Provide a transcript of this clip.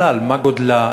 בכלל, מה גודלה?